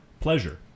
pleasure